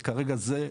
וכרגע זה,